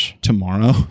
tomorrow